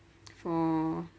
for